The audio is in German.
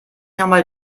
nochmal